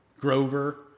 Grover